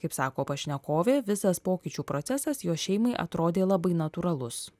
kaip sako pašnekovė visas pokyčių procesas jos šeimai atrodė labai natūralus